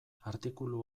artikulu